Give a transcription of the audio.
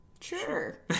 sure